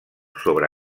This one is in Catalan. sobre